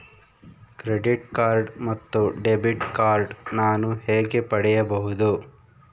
Credit card ಮತ್ತು debit card ನಾನು ಹೇಗೆ ಪಡೆಯಬಹುದು?